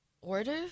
order